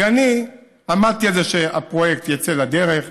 כי אני עמדתי על זה שהפרויקט יצא לדרך ויתבצע.